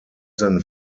than